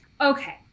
Okay